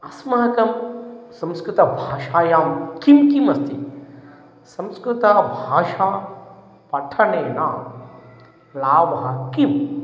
अस्माकं संस्कृतभाषायां किं किमस्ति संस्कृतभाषापठनेन लाभः कः